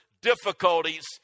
difficulties